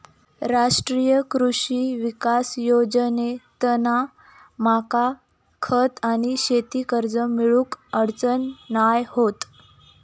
राष्ट्रीय कृषी विकास योजनेतना मका खत आणि शेती कर्ज मिळुक अडचण नाय होत